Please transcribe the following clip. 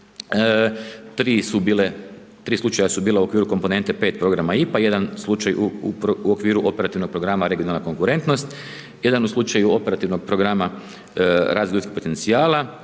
3 slučaja su bila u okviru komponente 5 programa IPA, jedan slučaj u okviru operativnog programa regionalna konkurentnost, jedan u slučaju operativnog programa razvoj ljudskih potencijala,